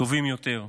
טובים יותר,